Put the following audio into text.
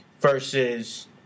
versus